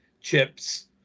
Chips